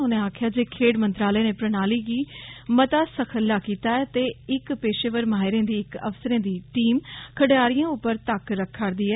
उनें आक्खेआ जे खेड्ढ मंत्रालय प्रणाली गी मता सखल्ला कीता ऐ ते इक पेशेवर माहिरें दी इक अफसरें दी टीम खडारियें उप्पर तक रखा'रदी ऐ